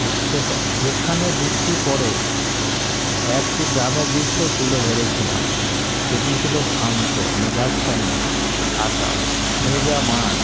যে সে যেখানে বৃষ্টি পরে একটি গ্রামের দৃশ্য তুলে ধরেছিলাম সেটি ছিল শান্ত মেঘাচ্ছন্ন আকাশ ভেজা মাঠ